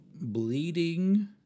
Bleeding